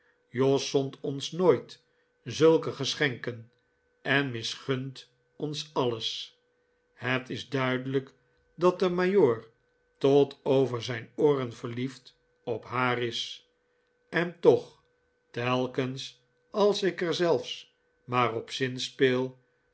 jos zond ons nooit zulke geschenken en misgunt ons alles het is duidelijk dat de majoor tot over zijn ooren verliefd op haar is en toch telkens als ik er zelfs maar op zinspeel